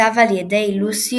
מקסיקו,